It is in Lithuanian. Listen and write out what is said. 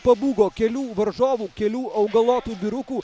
pabūgo kelių varžovų kelių augalotų vyrukų